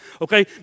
Okay